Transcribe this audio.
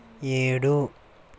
ఏడు